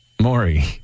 Maury